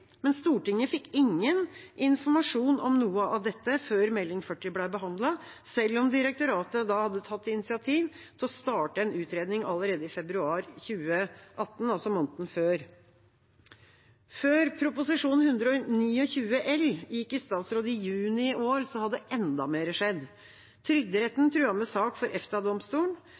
men Stortinget fikk ingen informasjon om noe av dette før meldingen ble behandlet, selv om direktoratet hadde tatt initiativ til å starte en utredning allerede i februar 2018, altså måneden før. Før Prop. 129 L gikk i statsråd i juni i år, hadde enda mer skjedd. Trygderetten truet med sak for